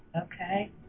okay